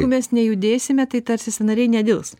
mes nejudėsime tai tarsi sąnariai nedils